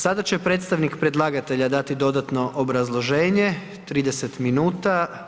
Sada će predstavnik predlagatelja dati dodatno obrazloženje, 30 minuta.